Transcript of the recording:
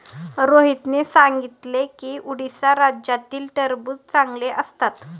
रोहितने सांगितले की उडीसा राज्यातील टरबूज चांगले असतात